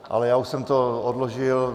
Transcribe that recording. Ale já už jsem to odložil.